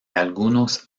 algunos